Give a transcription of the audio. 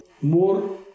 more